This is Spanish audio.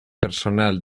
personal